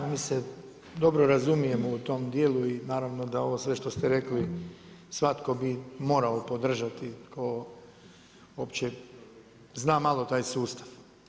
A mi se dobro razumijemo u tom dijelu i naravno da ovo sve što ste rekli svatko bi morao podržati tko uopće zna malo taj sustav.